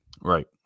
Right